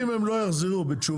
אם הם לא יחזרו בתשובה,